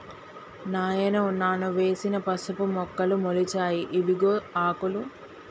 నాయనో నాను వేసిన పసుపు మొక్కలు మొలిచాయి ఇవిగో ఆకులు